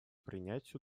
принятию